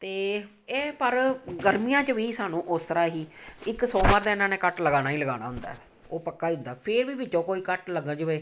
ਅਤੇ ਇਹ ਪਰ ਗਰਮੀਆਂ 'ਚ ਵੀ ਸਾਨੂੰ ਉਸ ਤਰ੍ਹਾਂ ਹੀ ਇੱਕ ਸੋਮਵਾਰ ਤਾਂ ਇਹਨਾਂ ਨੇ ਕੱਟ ਲਗਾਉਣਾ ਹੀ ਲਗਾਉਣਾ ਹੁੰਦਾ ਉਹ ਪੱਕਾ ਹੀ ਹੁੰਦਾ ਫਿਰ ਵੀ ਵਿੱਚੋਂ ਕੋਈ ਕੱਟ ਲੱਗ ਜਾਵੇ